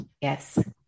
Yes